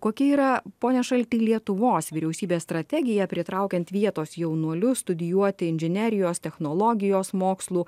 kokia yra pone šalti lietuvos vyriausybės strategija pritraukiant vietos jaunuolius studijuoti inžinerijos technologijos mokslų